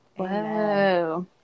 Whoa